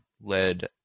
led